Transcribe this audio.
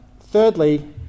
Thirdly